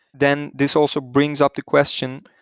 then this also brings up the question,